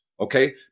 okay